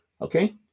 Okay